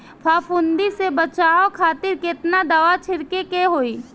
फाफूंदी से बचाव खातिर केतना दावा छीड़के के होई?